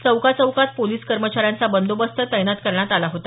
चौका चौकात पोलीस कर्मचाऱ्यांचा बंदोबस्त तैनात करण्यात आला होता